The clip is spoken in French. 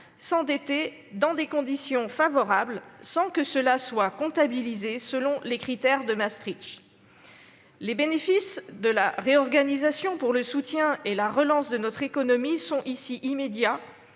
s'endetter dans des conditions favorables sans que cela soit comptabilisé selon les critères de Maastricht. Les bénéfices de la réorganisation pour le soutien et la relance de notre économie seront immédiats,